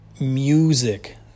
music